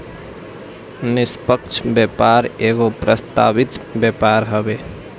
निष्पक्ष व्यापार एगो प्रस्तावित व्यापार हवे